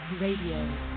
Radio